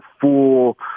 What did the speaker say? full